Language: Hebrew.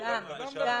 גם.